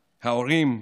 ההורים,